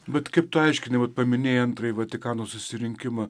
bet kaip tu aiškini vat paminėjai antrąjį vatikano susirinkimą